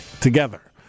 together